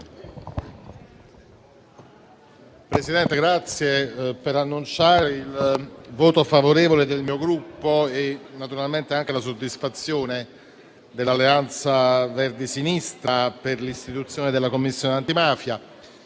per annunciare il voto favorevole del mio Gruppo e la soddisfazione dell'Alleanza Verdi e Sinistra per l'istituzione della Commissione antimafia.